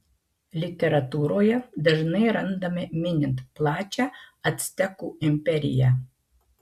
literatūroje dažnai randame minint plačią actekų imperiją